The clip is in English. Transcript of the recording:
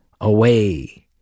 away